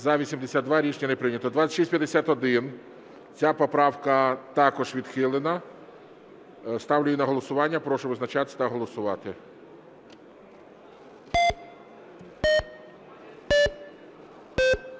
За-82 Рішення не прийнято. 2651. Ця поправка також відхилена. Ставлю її на голосування. Прошу визначатись та голосувати.